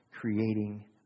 creating